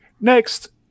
Next